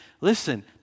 listen